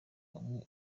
hamwe